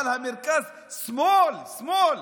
אבל המרכז-שמאל, שמאל,